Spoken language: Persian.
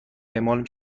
اعمال